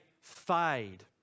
fade